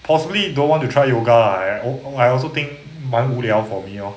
possibly don't want to try yoga lah I I also think 蛮无聊 for me lor